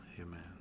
Amen